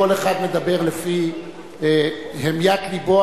כל אחד מדבר לפי המיית לבו,